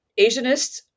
asianists